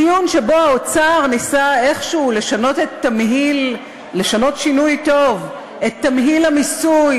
דיון שבו האוצר ניסה איכשהו לשנות שינוי טוב את תמהיל המיסוי